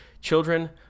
children